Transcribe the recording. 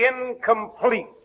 incomplete